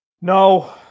No